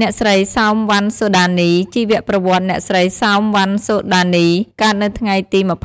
អ្នកស្រី សោម វណ្ណសូដានី ជីវប្រវត្តិ អ្នកស្រី សោម វណ្ណសូដានី កើតនៅថ្ងៃទី២៦